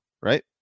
right